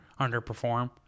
underperform